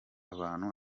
abantu